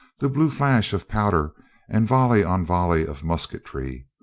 the blue flash of powder and volley on volley of musketry.